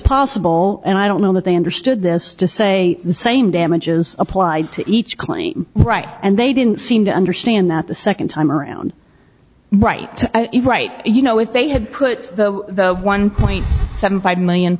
possible and i don't know that they understood this to say the same damages applied to each claim right and they didn't seem to understand that the second time around right right you know if they had put the one point seven five million